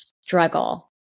struggle